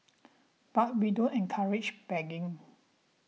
but we don't encourage begging